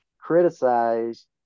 criticized